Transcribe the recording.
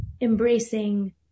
embracing